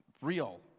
real